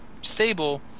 stable